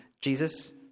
Jesus